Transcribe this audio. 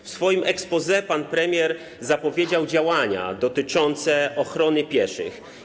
W swoim exposé pan premier zapowiedział działania dotyczące ochrony pieszych.